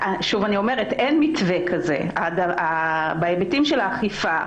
שוב אני אומרת שאין מתווה כזה, בהיבטים של האכיפה,